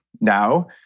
now